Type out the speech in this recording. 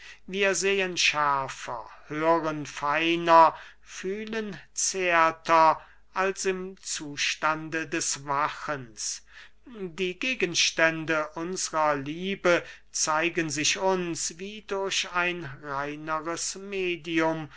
wir sehen schärfer hören feiner fühlen zärter als im zustande des wachens die gegenstände unsrer liebe zeigen sich uns wie durch ein reineres medium